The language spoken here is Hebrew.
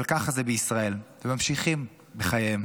אבל ככה זה בישראל, וממשיכים בחייהם.